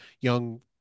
young